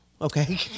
okay